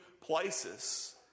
places